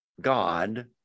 God